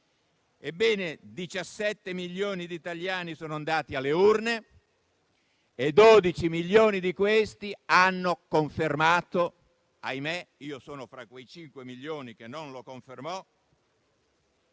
17 milioni di italiani sono andati alle urne e 12 milioni di questi hanno confermato, ahimè (io sono fra quei 5 milioni che non la confermarono),